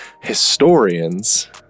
historians